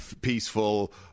peaceful